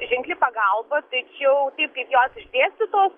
ženkli pagalba tačiau taip kaip jos išdėstytos